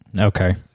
Okay